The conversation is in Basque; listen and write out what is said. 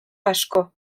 asko